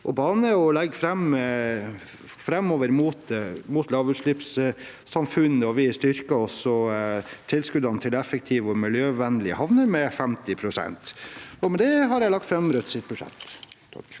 sjø og bane framover mot lavutslippssamfunnet. Vi styrker også tilskuddene til effektive og miljøvennlige havner med 50 pst. Med det har jeg lagt fram Rødts budsjett.